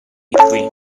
qui